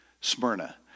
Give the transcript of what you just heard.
Smyrna